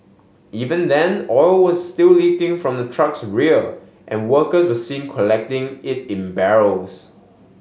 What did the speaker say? even then oil was still leaking from the truck's rear and workers were seen collecting it in barrels